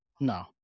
No